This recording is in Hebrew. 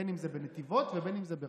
בין שזה בנתיבות ובין שזה ברעננה.